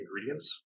ingredients